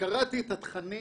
קראתי את התכנים